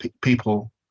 people